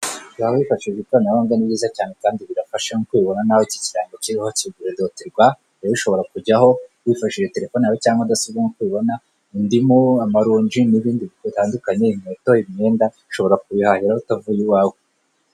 Guhaha wifashishije ikoranabuhanga ni byiza cyane kandi birafasha nkuko ubibona nawe iki kiriho kigure doti rwa wowe ushobora kujyaho wifshishije terefono yawe cyangwa mudasobwa nkuko ubibona indimu, amaronji n'ibindi bitandukanye , inkweto, imyenda ushobora kubihahiraho utavuye iwawe.